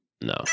no